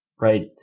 Right